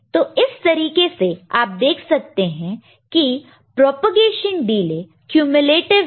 तो इस तरीके से अप देख सकते हैं की प्रोपेगेशन डिले क्यूम्यलटिव हैं